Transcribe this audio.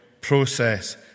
process